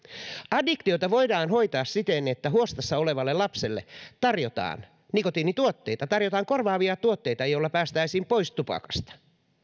addiktiota voidaan hoitaa siten että huostassa olevalle lapselle tarjotaan nikotiinituotteita tarjotaan korvaavia tuotteita joilla päästäisiin pois tupakasta